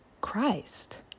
Christ